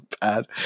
bad